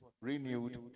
Renewed